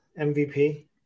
MVP